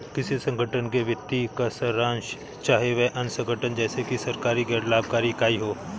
किसी संगठन के वित्तीय का सारांश है चाहे वह अन्य संगठन जैसे कि सरकारी गैर लाभकारी इकाई हो